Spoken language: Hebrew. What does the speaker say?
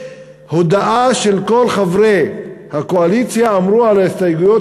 בהודעה של כל חברי הקואליציה אמרו על ההסתייגויות